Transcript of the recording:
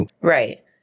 Right